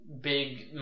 big